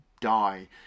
die